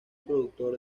productor